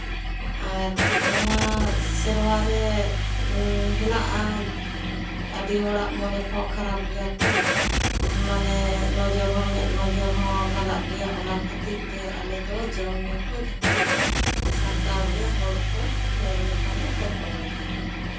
ᱟᱨ ᱱᱚᱣᱟ ᱥᱮᱨᱣᱟ ᱨᱮ ᱦᱮᱱᱟᱜᱼᱟ ᱟᱹᱰᱤ ᱦᱚᱲᱟᱜ ᱢᱚᱱᱮ ᱠᱚ ᱠᱷᱟᱨᱟᱯ ᱜᱮᱭᱟ ᱛᱚ ᱢᱟᱱᱮ ᱱᱚᱡᱚᱨ ᱦᱚᱸ ᱢᱮᱸᱫ ᱱᱚᱡᱚᱨ ᱦᱚᱸ ᱞᱟᱜᱟᱜ ᱜᱮᱭᱟ ᱚᱱᱟ ᱠᱷᱟᱹᱛᱤᱨ ᱛᱮ ᱟᱞᱮ ᱫᱚ ᱡᱚᱢᱼᱧᱩ ᱠᱚ ᱡᱷᱚᱛᱚ ᱞᱮ ᱥᱟᱢᱴᱟᱣ ᱜᱮᱭᱟ ᱦᱚᱲ ᱠᱚ ᱧᱮᱞ ᱞᱮᱠᱷᱟᱱᱞᱮ ᱯᱚᱴᱚᱢ ᱜᱮᱭᱟ